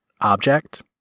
object